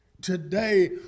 today